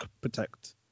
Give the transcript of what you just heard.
protect